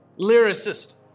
lyricist